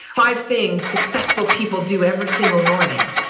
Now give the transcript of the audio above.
five things successful people do every single morning.